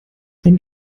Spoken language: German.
ein